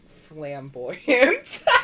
Flamboyant